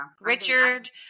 Richard